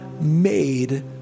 made